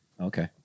Okay